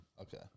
Okay